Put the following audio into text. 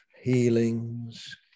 healings